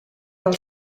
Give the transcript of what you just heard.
del